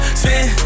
spin